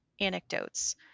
anecdotes